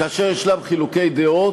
כאשר יש חילוקי דעות,